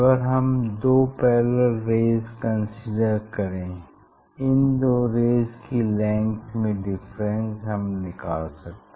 अगर हम दो पैरेलल रेज़ कंसीडर करें इन दो रेज़ की लेंग्थ में डिफरेंस हम निकाल सकते हैं